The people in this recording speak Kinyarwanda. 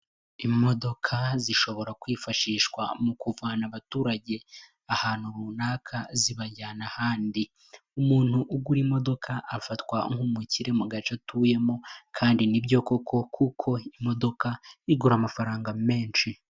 Imodoka zishobora kwifashishwa mu kuvana abaturage ahantu runaka zibajyana ahandi, umuntu ugura imodoka afatwa nk'umukire mu gace atuyemo kandi nibyo koko kuko imodoka igura amafaranga menshi.